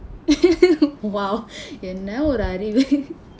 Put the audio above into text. !wow! என்ன ஒரு அறிவு:enna oru arivu